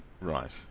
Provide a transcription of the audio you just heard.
Right